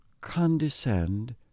condescend